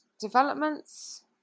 developments